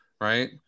Right